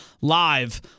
live